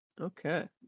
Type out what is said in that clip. Okay